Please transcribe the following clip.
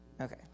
Okay